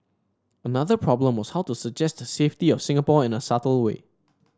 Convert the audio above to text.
another problem was how to suggest the safety of Singapore in a subtle way